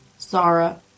Zara